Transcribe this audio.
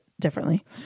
differently